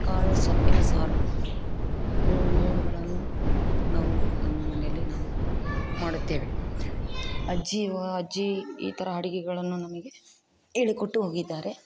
ಕಾಳು ಸೊಪ್ಪಿನ ಸಾರು ಇವು ಮೂರುಗಳನ್ನು ನಾವು ನಮ್ಮ ಮನೆಯಲ್ಲಿ ನಾವು ಮಾಡುತ್ತೇವೆ ಅಜ್ಜಿ ವಾ ಅಜ್ಜಿ ಈ ಥರ ಅಡಿಗೆಗಳನ್ನು ನಮಗೆ ಹೇಳಿಕೊಟ್ಟು ಹೋಗಿದ್ದಾರೆ